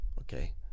Okay